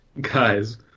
Guys